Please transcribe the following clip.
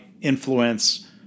influence